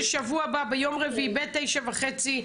בשבוע הבא ביום רביעי בשעה 09:30,